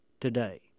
today